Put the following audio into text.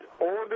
Older